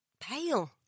pale